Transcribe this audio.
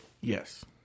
Yes